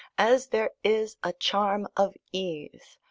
as there is a charm of ease,